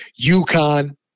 UConn